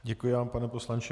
Děkuji vám, pane poslanče.